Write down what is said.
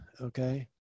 okay